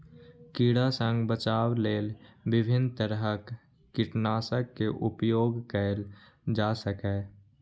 कीड़ा सं बचाव लेल विभिन्न तरहक कीटनाशक के उपयोग कैल जा सकैए